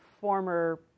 former